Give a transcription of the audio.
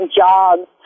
jobs